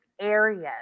areas